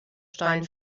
stein